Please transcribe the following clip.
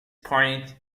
point